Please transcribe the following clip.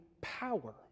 power